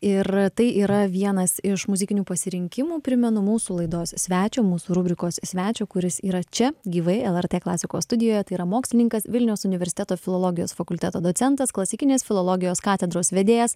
ir tai yra vienas iš muzikinių pasirinkimų primenu mūsų laidos svečio mūsų rubrikos svečio kuris yra čia gyvai lrt klasikos studijoje tai yra mokslininkas vilniaus universiteto filologijos fakulteto docentas klasikinės filologijos katedros vedėjas